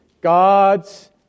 God's